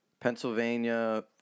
Pennsylvania